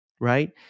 right